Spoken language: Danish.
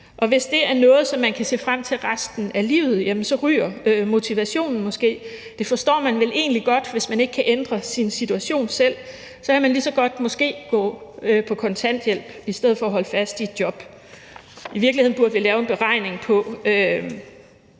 og hvis det er noget, som man kan se frem til resten af livet, så ryger motivationen måske. Det forstår vi vel egentlig godt. For hvis man ikke selv kan ændre sin situation, kan man måske lige så godt gå på kontanthjælp i stedet for at holde fast i et job. I virkeligheden burde vi lave en beregning på,